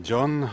John